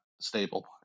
stable